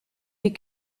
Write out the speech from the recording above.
die